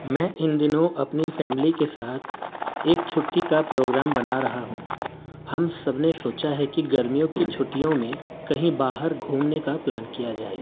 میں ان دنوں اپنی فیملی کے ساتھ ایک چھٹی کا پروگرام بنا رہا ہوں ہم سب نے سوچا ہے کہ گرمیوں کی چھٹیوں میں کہیں باہر گھومنے کا پلان کیا جائے